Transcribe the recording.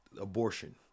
abortion